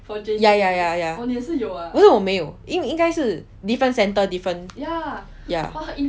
ya ya ya ya 我的没有应该是 different centre different ya